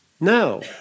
No